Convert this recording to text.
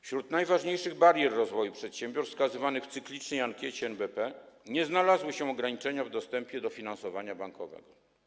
Wśród najważniejszych barier rozwoju przedsiębiorstw wskazywanych w cyklicznej ankiecie NBP nie znalazły się ograniczenia w dostępie do finansowania bankowego.